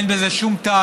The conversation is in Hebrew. אין בזה שום טעם.